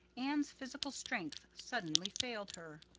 anne's physical strength suddenly failed her.